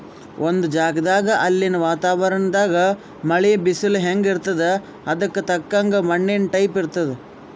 ಒಂದ್ ಜಗದಾಗ್ ಅಲ್ಲಿನ್ ವಾತಾವರಣದಾಗ್ ಮಳಿ, ಬಿಸಲ್ ಹೆಂಗ್ ಇರ್ತದ್ ಅದಕ್ಕ್ ತಕ್ಕಂಗ ಮಣ್ಣಿನ್ ಟೈಪ್ ಇರ್ತದ್